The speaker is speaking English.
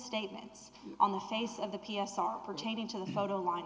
statements on the face of the p s r pertaining to the photo line